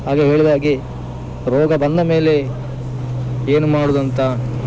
ಹಾಗೆ ಹೇಳಿದಾಗೆ ರೋಗ ಬಂದ ಮೇಲೆ ಏನು ಮಾಡೋದಂತ